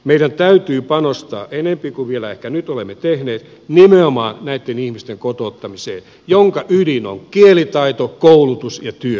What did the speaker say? meidän täytyy panostaa vielä enempi kuin ehkä nyt olemme tehneet nimenomaan näitten ihmisten kotouttamiseen jonka ydin on kielitaito koulutus ja työ